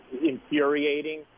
infuriating